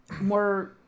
more